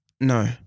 no